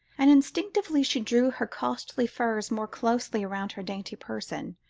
and instinctively she drew her costly furs more closely round her dainty person,